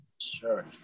Sure